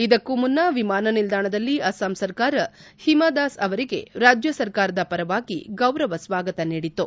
ಇದಕ್ಕೂ ಮುನ್ನ ವಿಮಾನ ನಿಲ್ದಾಣದಲ್ಲಿ ಅಸ್ಲಾಂ ಸರ್ಕಾರ ಹಿಮಾದಾಸ್ ಅವರಿಗೆ ರಾಜ್ಯ ಸರ್ಕಾರದ ಪರವಾಗಿ ಗೌರವ ಸ್ನಾಗತ ನೀಡಿತು